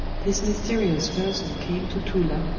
this mysterious person came to tula,